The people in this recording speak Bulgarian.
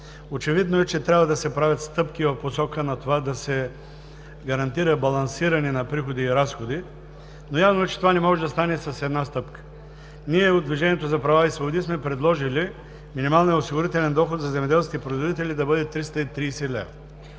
Очевидно е, че трябва да се правят стъпки в посока на това да се гарантира балансиране на приходи и разходи, но явно, че това не може да стане с една стъпка. Ние от „Движението за права и свободи“ сме предложили минималният осигурителен доход за земеделските производители да бъде 330 лв.